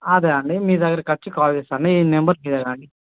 అదే అండి మీ దగ్గరికు వచ్చి కాల్ చేస్తాను అండి ఈ నెంబర్కు చేయాల అండి